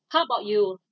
how about you